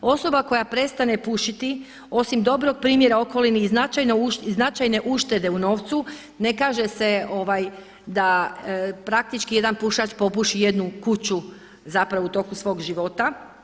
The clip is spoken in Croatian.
Osoba koja prestane pušiti osim dobrog primjera okolini i značajne uštede u novcu, ne kaže se da praktički jedan pušač popuši jednu kuću zapravo u toku svog života.